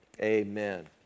amen